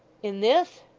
in this!